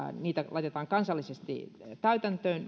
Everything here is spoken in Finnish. laitetaan kansallisesti täytäntöön